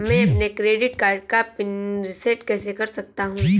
मैं अपने credit card का पिन रिसेट कैसे कर सकता हूँ?